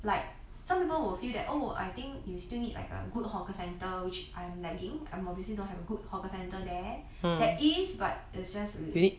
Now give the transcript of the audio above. like some people will feel that oh I think you still need like a good hawker centre which I'm lacking I obviously don't have good hawker centre there that is but it's just